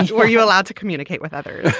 were you allowed to communicate with others.